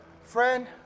Friend